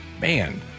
man